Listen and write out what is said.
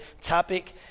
topic